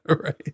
right